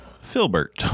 Filbert